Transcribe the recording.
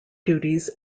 duties